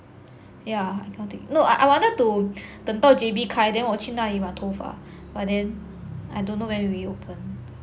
yeah I got take no I wanted to 等到 J_B 开 then 我去那里染头发 but then I don't know when reopen